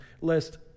lest